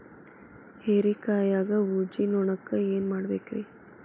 ಹೇರಿಕಾಯಾಗ ಊಜಿ ನೋಣಕ್ಕ ಏನ್ ಮಾಡಬೇಕ್ರೇ?